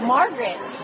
Margaret